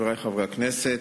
שאת החלוקה הזאת עושים לפי מפתח